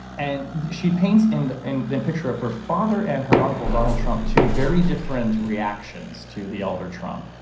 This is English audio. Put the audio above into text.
and she paints in the in the and picture of her father and her uncle, donald trump, two very different reactions to the elder trump.